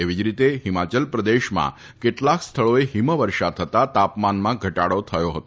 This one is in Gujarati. એવી જ રીતે હિમાચલ પ્રદેશમાં કેટલાક સ્થળોએ હીમવર્ષા થતા તાપમાનમાં ઘટાડો થયો હતો